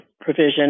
provision